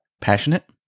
Passionate